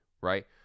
right